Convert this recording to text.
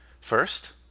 First